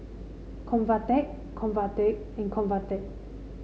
Convatec Convatec and Convatec